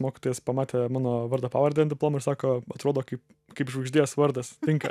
mokytojas pamatė mano vardą pavardę an diplomo ir sako atrodo kaip kaip žvaigždės vardas tinka